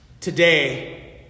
today